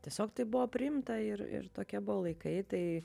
tiesiog tai buvo priimta ir ir tokie buvo laikai tai